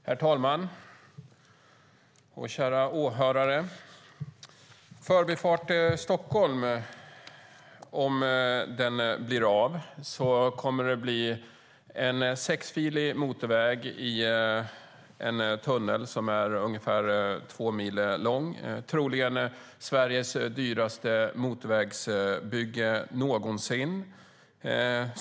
Herr talman! Kära åhörare! Förbifart Stockholm kommer, om den blir av, att bli en sexfilig motorväg i en tunnel som är ungefär två mil lång. Troligen är det Sveriges dyraste motorvägsbygge någonsin.